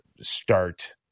start